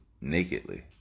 nakedly